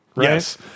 Yes